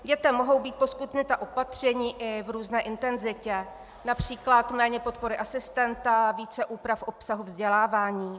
Dětem mohou být poskytnuta opatření i v různé intenzitě, například méně podpory asistenta, více úprav obsahu vzdělávání.